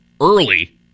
early